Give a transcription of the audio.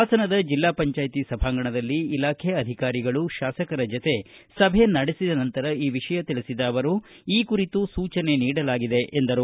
ಹಾಸನದ ಜಿಲ್ಲಾ ಪಂಚಾಯತ್ ಸಭಾಂಗಣದಲ್ಲಿ ಇಲಾಖೆ ಅಧಿಕಾರಿಗಳು ಶಾಸಕರ ಜತೆ ಸಭೆ ನಡೆಸಿದ ನಂತರ ಇ ವಿಷಯ ತಿಳಿಸಿದ ಅವರು ಈ ಕುರಿತು ಸೂಚನೆ ನೀಡಲಾಗಿದೆ ಎಂದರು